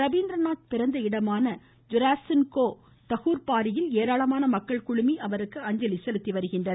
ரபீந்திரநாத் பிறந்த இடமான ஜொராஸ்இன்கோ தகூர்பாரியில் ஏராளமான மக்கள் குழுமி அவருக்கு அஞ்சலி செலுத்திவருகின்றனர்